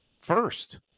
first